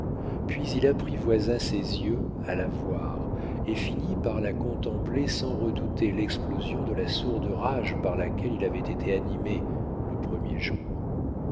puis il apprivoisa ses yeux à la voir et finit par la contempler sans redouter l'explosion de la sourde rage par laquelle il avait été animé le premier jour